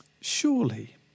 surely